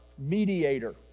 mediator